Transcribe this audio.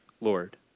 Lord